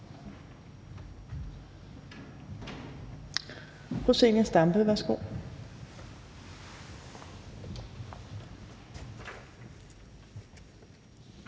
Zenia Stampe, værsgo.